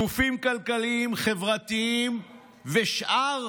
גופים כלכליים, חברתיים ושאר